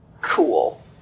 cool